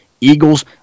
Eagles –